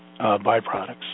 byproducts